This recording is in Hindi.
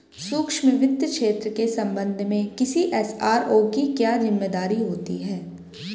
सूक्ष्म वित्त क्षेत्र के संबंध में किसी एस.आर.ओ की क्या जिम्मेदारी होती है?